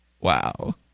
Wow